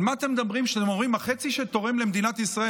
על מה אתם מדברים כשאתם אומרים "החצי שתורם למדינת ישראל"?